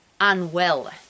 unwell